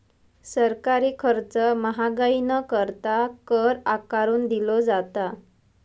सरकारी खर्च महागाई न करता, कर आकारून दिलो जाता